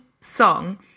song